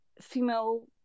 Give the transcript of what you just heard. female